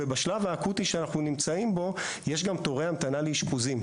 ובשלב האקוטי שאנחנו נמצאים בו יש גם תורי המתנה לאשפוזים.